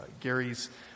Gary's